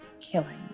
killing